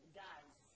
guys